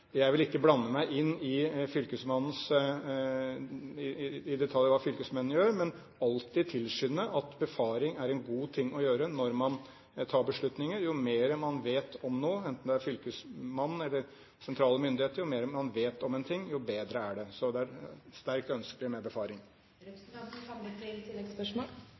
gjør, men vil alltid tilskynde at befaring er en god ting å gjøre når man tar beslutninger. Jo mer man vet om noe – enten det er fylkesmannen eller sentrale myndigheter – jo bedre er det. Så det er et sterkt ønske om befaring.